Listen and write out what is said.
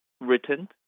written